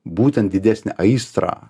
būtent didesnę aistrą